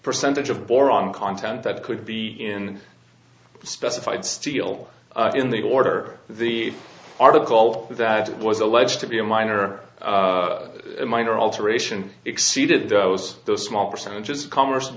percentage of boron content that could be in a specified steel in the order the article that was alleged to be a minor minor alteration exceeded those those small percentages of commerce